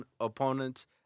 opponents